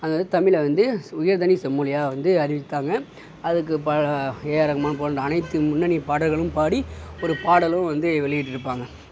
அதாவது தமிழில் வந்து உயர்தனி செம்மொழியா வந்து அறிவித்தாங்க அதற்கு பா ஏஆர் ரகுமான் போன்ற அனைத்து முன்னனி பாடகர்களும் பாடி ஒரு பாடலும் வந்து வெளியிற்றுப்பாங்கள்